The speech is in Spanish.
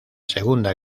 segunda